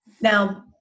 now